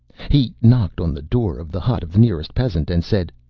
he knocked on the door of the hut of the nearest peasant and said.